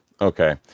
okay